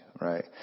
Right